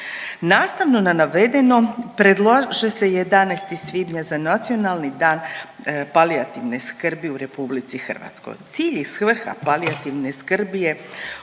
Nastavno na navedeno predlaže se 11. svibnja za Nacionalni dan palijativne skrbi u RH. Cilj i svrha palijativne skrbi je